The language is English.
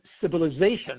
civilization